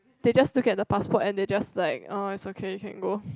they just look at the passport and they just like oh it's okay you can go